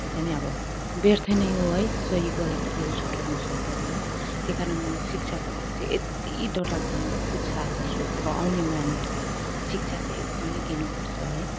व्यर्थ नै हो है सही गलत के हो छुट्याउनु सक्दन है त्यही कारणले म शिक्षाको लागि चाहिँ यत्ति डरलाग्दो म उत्साह गर्छु अब आउने नानीहरूलाई शिक्षा चाहिँ एकदमै दिनुपर्छ है